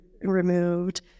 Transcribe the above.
removed